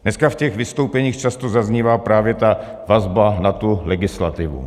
Dneska v těch vystoupeních často zaznívá právě vazba na tu legislativu.